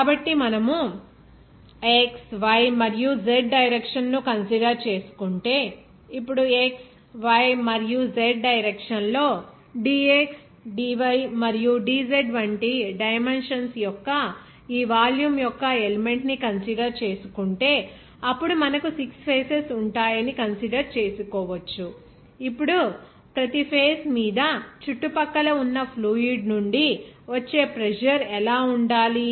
కాబట్టి మనము x y మరియు z డైరెక్షన్ ను కన్సిడర్ చేసుకుంటే ఇప్పుడు x y మరియు z డైరెక్షన్ లో dx dy మరియు dz వంటి డైమెన్షన్స్ యొక్క ఈ వాల్యూమ్ యొక్క ఎలిమెంట్ ని కన్సిడర్ చేసుకుంటే అప్పుడు మనకు 6 ఫేసెస్ ఉంటాయని కన్సిడర్ చేసుకోవచ్చు ఇప్పుడు ప్రతి ఫేస్ మీద చుట్టుపక్కల ఉన్న ఫ్లూయిడ్ నుండి వచ్చే ప్రెజర్ ఎలా ఉండాలి